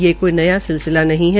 ये कोई नया सिलसिला नहीं है